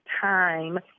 time